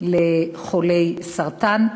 לחולי סרטן,